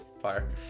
Fire